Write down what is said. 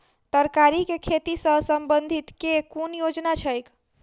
तरकारी केँ खेती सऽ संबंधित केँ कुन योजना छैक?